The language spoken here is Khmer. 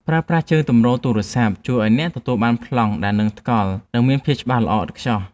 ប្រើប្រាស់ជើងទម្រទូរស័ព្ទជួយឱ្យអ្នកទទួលបានប្លង់ដែលនឹងថ្កល់ និង មានភាពច្បាស់ល្អឥតខ្ចោះ។